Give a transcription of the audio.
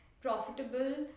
profitable